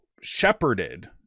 shepherded